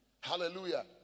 Hallelujah